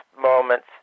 moments